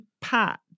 Pat